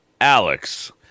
Alex